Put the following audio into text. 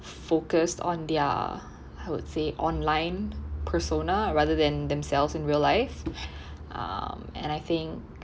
focused on their I would say online persona rather than themselves in real life um and I think